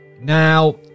Now